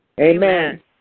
Amen